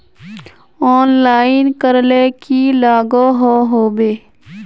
Online करले की लागोहो होबे?